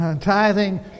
Tithing